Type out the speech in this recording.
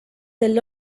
del